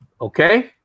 Okay